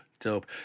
Dope